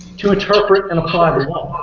to interpret and apply